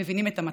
מבינים את המצב.